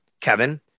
Kevin